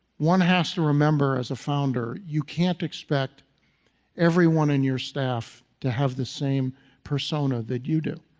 one has to remember, as a founder, you can't expect everyone in your staff to have the same persona that you do.